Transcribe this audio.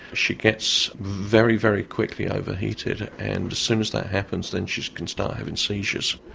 she gets very, very quickly overheated and as soon as that happens then she can start having seizures.